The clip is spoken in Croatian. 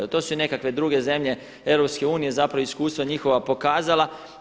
To su i nekakve druge zemlje EU, zapravo iskustva njihova pokazala.